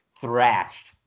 thrashed